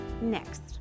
next